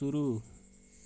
शुरू